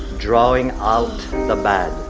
drawing out the but